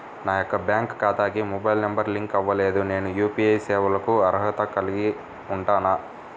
నా యొక్క బ్యాంక్ ఖాతాకి మొబైల్ నంబర్ లింక్ అవ్వలేదు నేను యూ.పీ.ఐ సేవలకు అర్హత కలిగి ఉంటానా?